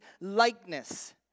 likeness